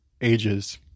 ages